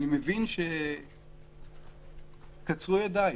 אני מבין שקצרו ידיי,